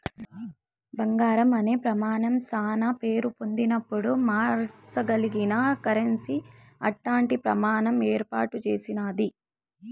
బంగారం అనే ప్రమానం శానా పేరు పొందినపుడు మార్సగలిగిన కరెన్సీ అట్టాంటి ప్రమాణం ఏర్పాటు చేసినాది